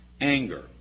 anger